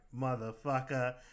motherfucker